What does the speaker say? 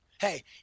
Hey